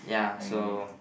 okay